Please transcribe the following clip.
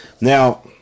now